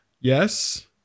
Yes